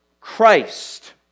Christ